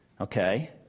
okay